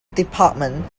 department